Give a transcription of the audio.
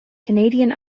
canadian